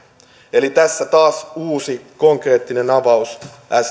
eli tässä taas uusi konkreettinen avaus